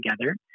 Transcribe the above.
together